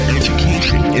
education